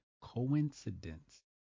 coincidence